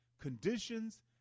conditions